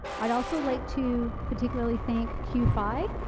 i'd also like to particularly thank q-fi.